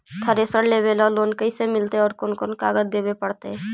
Thresher लेबे ल loan कैसे मिलतइ और कोन कोन कागज देबे पड़तै?